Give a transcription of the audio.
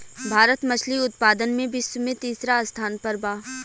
भारत मछली उतपादन में विश्व में तिसरा स्थान पर बा